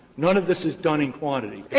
none of this is done in quantity.